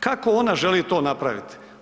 Kako ona želi to napraviti?